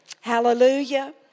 Hallelujah